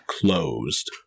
closed